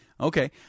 Okay